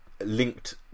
linked